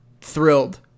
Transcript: thrilled